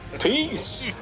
Peace